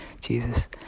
jesus